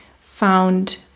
found